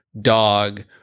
dog